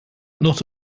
not